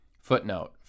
Footnote